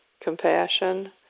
compassion